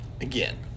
again